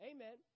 Amen